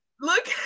look